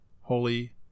Holy